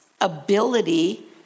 ability